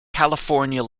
california